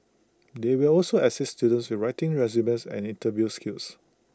they will also assist students writing resumes and interview skills